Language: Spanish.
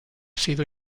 sido